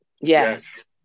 Yes